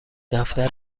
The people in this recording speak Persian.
دفتر